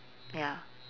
ya